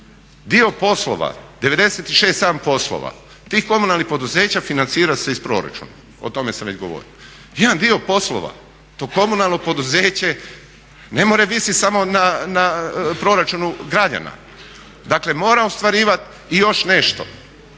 dio poslova, 96% poslova tih komunalnih poduzeća financira se iz proračuna, o tome sam već govorio. Jedan dio poslova, to komunalno poduzeće ne mora visiti samo na proračunu građana, dakle mora ostvarivati i još nešto.